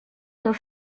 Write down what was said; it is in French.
nos